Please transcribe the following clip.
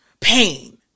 pain